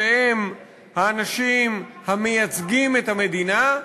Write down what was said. שהם האנשים המייצגים את המדינה,